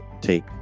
take